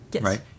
right